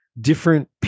Different